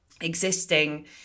existing